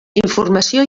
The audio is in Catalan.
informació